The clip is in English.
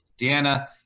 Deanna